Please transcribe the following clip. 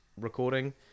recording